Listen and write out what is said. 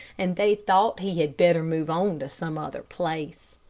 and they thought he had better move on to some other place.